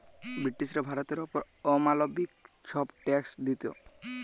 ব্রিটিশরা ভারতের অপর অমালবিক ছব ট্যাক্স দিত